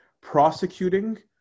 prosecuting